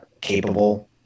capable